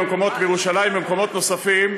בירושלים ובמקומות נוספים,